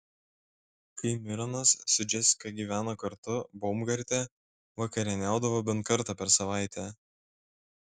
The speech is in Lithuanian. kai mironas su džesika gyveno kartu baumgarte vakarieniaudavo bent kartą per savaitę